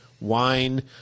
wine